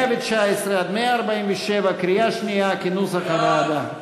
119 147, קריאה שנייה, כנוסח הוועדה.